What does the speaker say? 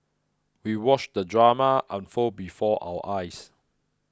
we watched the drama unfold before our eyes